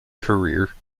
career